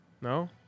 No